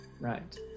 Right